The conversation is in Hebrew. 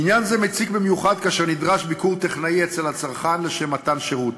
עניין זה מציק במיוחד כאשר נדרש ביקור טכנאי אצל הצרכן לשם מתן שירות.